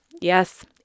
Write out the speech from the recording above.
Yes